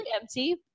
empty